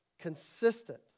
consistent